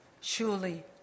surely